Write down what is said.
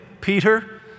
Peter